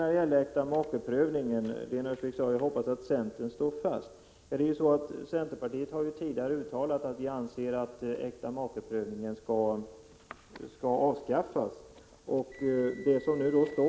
När det gäller äktamakeprövningen sade Lena Öhrsvik att hon hoppades att centern står fast. Centerpartiet har tidigare uttalat att vi anser att äktamakeprövningen skall avskaffas.